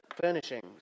furnishings